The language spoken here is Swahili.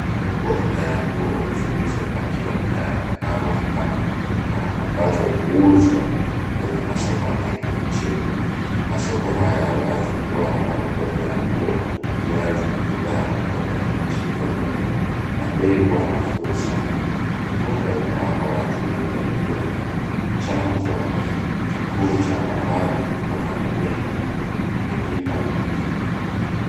Marobokta ya nguo zilizopakiwa tayari maarufu kama mitumba ambazo huuzwa kwenye masoko mengi nchini, masoko haya ya wazi huwa na marobokta ya nguo, viatu na bidhaa kutoka nchi za inje na bei huwa nafuu sana. Mitumba imewapa watu wengi ajira na ni chanzo kikuu cha mavazi kwa familia nyingi mijini na vijijini.